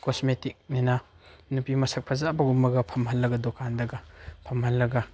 ꯀꯣꯁꯃꯦꯇꯤꯛꯅꯤꯅ ꯅꯨꯄꯤ ꯃꯁꯛ ꯐꯖꯕꯒꯨꯝꯕꯒ ꯐꯝꯍꯜꯂꯒ ꯗꯨꯀꯥꯟꯗꯒ ꯐꯝꯍꯜꯂꯒ